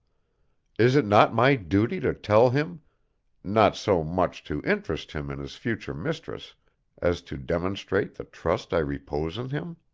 is it not my duty to tell him not so much to interest him in his future mistress as to demonstrate the trust i repose in him?